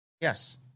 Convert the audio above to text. Yes